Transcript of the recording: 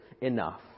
enough